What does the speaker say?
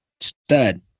stud